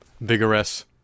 vigorous